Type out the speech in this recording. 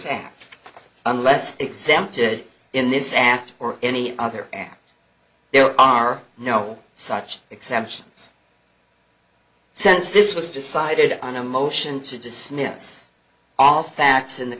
act unless exempted in this act or any other there are no such exemptions since this was decided on a motion to dismiss all facts in the